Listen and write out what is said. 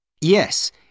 Yes